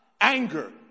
anger